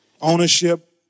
ownership